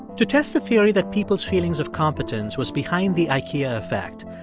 to test the theory that people's feelings of competence was behind the ikea effect,